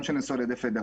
גם שנעשו על ידי הפדרציה,